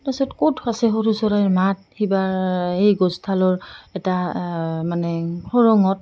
তাৰ পাছত ক'ত আছে সৰু চৰাইৰ মাত কিবা এই গছডালৰ এটা মানে খুৰোংত